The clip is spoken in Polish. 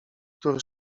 który